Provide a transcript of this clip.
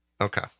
Okay